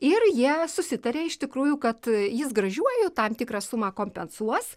ir jie susitarė iš tikrųjų kad jis gražiuoju tam tikrą sumą kompensuos